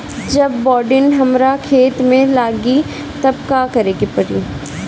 जब बोडिन हमारा खेत मे लागी तब का करे परी?